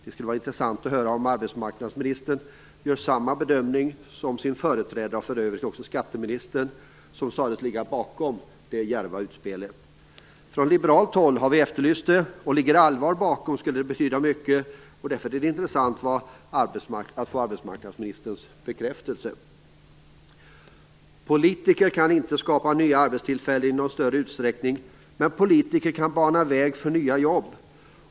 Det skulle vara intressant att höra om arbetsmarknadsministern gör samma bedömning som sin företrädare, och för övrigt också skatteministern, som sades ligga bakom det djärva utspelet. Från liberalt håll har vi efterlyst det, och ligger det allvar bakom skulle det betyda mycket. Därför är det intressant att få arbetsmarknadsministerns bekräftelse. "Politiker kan inte skapa nya arbetstillfällen i någon större utsträckning, men politiker kan bana väg för nya jobb.